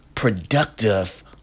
productive